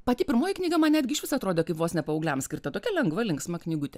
pati pirmoji knyga man netgi išvis atrodo kaip vos ne paaugliams skirta tokia lengva linksma knygutė